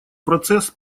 процесс